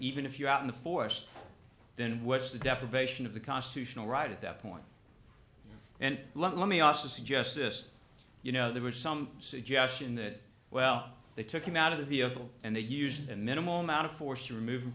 even if you're out in the force then what's the deprivation of the constitutional right at that point and let me also suggest this you know there was some suggestion that well they took him out of the vehicle and they used a minimal amount of force to remove him